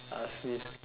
ask me